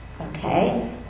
Okay